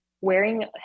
wearing